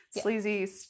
sleazy